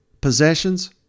possessions